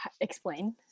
explain